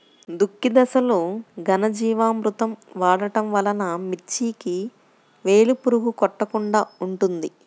దుక్కి దశలో ఘనజీవామృతం వాడటం వలన మిర్చికి వేలు పురుగు కొట్టకుండా ఉంటుంది?